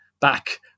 back